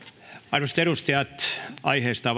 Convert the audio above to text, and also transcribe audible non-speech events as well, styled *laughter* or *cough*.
arvoisat edustajat aiheesta *unintelligible*